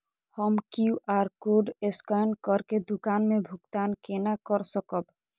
हम QR code scan करके दुकान में भुगतान केना कर सकब?